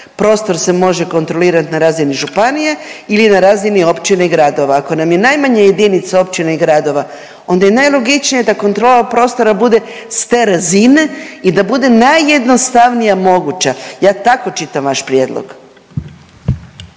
prostor se može kontrolirat na razini županije ili na razini općine i gradova. Ako nam je najmanja jedinica općina i gradova onda je najlogičnije da kontrola prostora bude s te razine i da bude najjednostavnija moguća, ja tako čitam vaš prijedlog.